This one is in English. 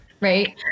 Right